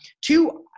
Two